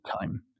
time